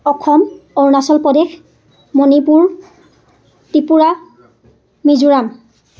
Assam Arunachal Pradesh Manipur Tripura Mizoram